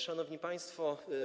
Szanowni Państwo!